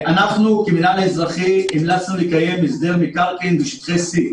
אנחנו כמינהל אזרחי המלצנו לקיים הסדר מקרקעין בשטחי C,